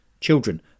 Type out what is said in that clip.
children